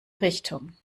richtung